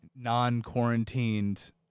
non-quarantined